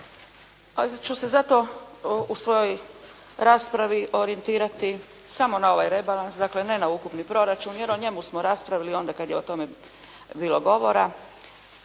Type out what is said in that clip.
Pa ću se zato u svojoj raspravi orjentirati samo na ovaj rebalans, dakle, ne na ukupni proračun, jer o njemu smo raspravili onda kada je o tome bilo govora